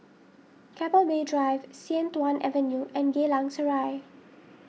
Keppel Bay Drive Sian Tuan Avenue and Geylang Serai